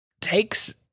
takes